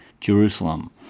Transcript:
Jerusalem